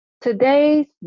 Today's